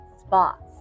spots